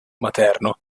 materno